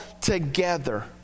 together